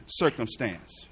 circumstance